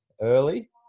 early